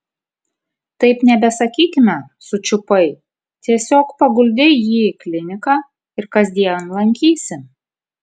taip nebesakykime sučiupai tiesiog paguldei jį į kliniką ir kasdien lankysi